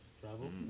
Travel